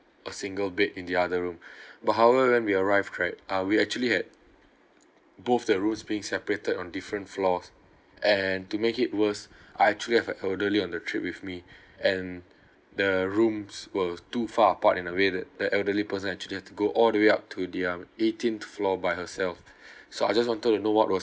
a single bed in the other room but however when we arrived right uh we actually had both the rooms being separated on different floors and to make it worse I actually have a elderly on the trip with me and the rooms were too far apart in a way that the elderly person actually had to go all the way up to their eighteenth floor by herself so I just wanted to know what was